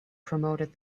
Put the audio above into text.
promoted